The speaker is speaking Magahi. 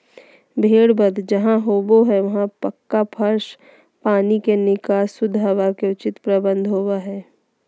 भेड़ वध जहां होबो हई वहां पक्का फर्श, पानी के निकास, शुद्ध हवा के उचित प्रबंध होवअ हई